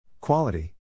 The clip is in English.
Quality